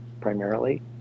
primarily